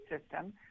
system